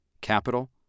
capital